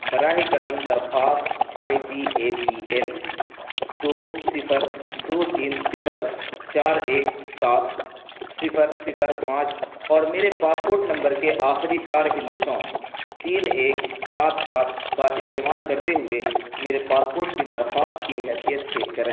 براہ کرم درخواست I D A P L دو صفر دو تین صفر چار ایک سات صفر صفر پانچ اور میرے پاسپوٹ نمبر کے آخری چار ہندسوں تین ایک سات سات کا استعمال کرتے ہوئے میرے پاسپوٹ کی درخواست کی حیثیت چیک کریں